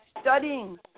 studying